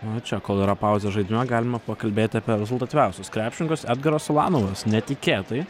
o čia kol yra pauzė žaidime galima pakalbėti apie rezultatyviausius krepšininkus edgaras ulanovas netikėtai